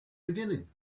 beginning